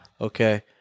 okay